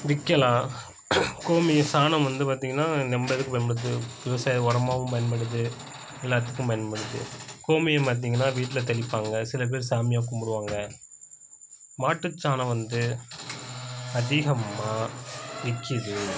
விற்கலாம் கோமியம் சாணம் வந்து பார்த்திங்கன்னா ரொம்ப இதுக்கு பயன்படுது விவசாய ஒரமாகவும் பயன்படுது எல்லாத்துக்கும் பயன்படுது கோமியம் பார்த்திங்கன்னா வீட்டில தெளிப்பாங்கள் சில பேர் சாமியாக கும்பபிடுவாங்க மாட்டுச் சாணம் வந்து அதிகமாக விற்கிது